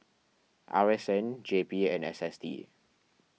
R S N J P and S S T